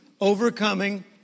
overcoming